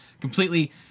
Completely